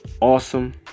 Awesome